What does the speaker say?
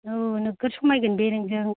औ नोगोर समायगोन बे नोंजों